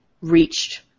reached